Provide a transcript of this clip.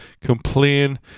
complain